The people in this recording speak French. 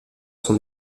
son